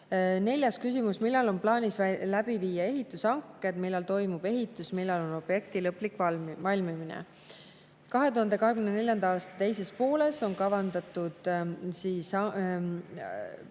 Neljas küsimus: "Millal on plaanis läbi viia ehitushanked, millal toimub ehitus ja millal on objekti lõplik valmimine?" 2024. aasta teise poolde on kavandatud